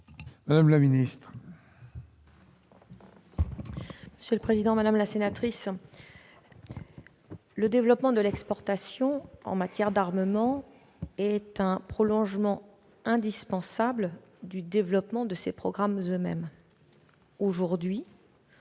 Mme la ministre. Madame la sénatrice, le développement de l'exportation en matière d'armement est un prolongement indispensable du développement de ces programmes eux-mêmes. Aujourd'hui,